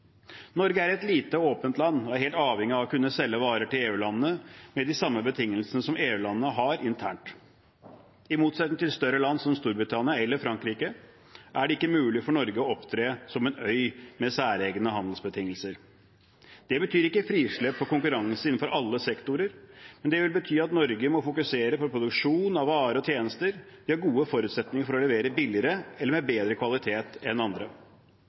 Norge er et lite og åpent land og er helt avhengig av å kunne selge varer til EU-landene med de samme betingelsene som EU-landene har internt. I motsetning til større land som Storbritannia og Frankrike er det ikke mulig for Norge å opptre som en øy med særegne handelsbetingelser. Det betyr ikke frislipp og konkurranse innenfor alle sektorer, men det vil bety at Norge må fokusere på produksjon av varer og tjenester som vi har gode forutsetninger for å levere billigere eller med bedre kvalitet enn andre.